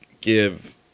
give